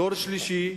דור שלישי,